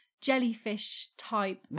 jellyfish-type